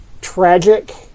tragic